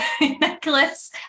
Nicholas